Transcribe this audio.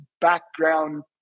background